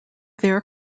their